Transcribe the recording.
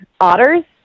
otters